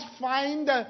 find